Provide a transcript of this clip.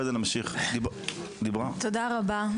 תודה רבה.